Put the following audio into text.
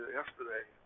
yesterday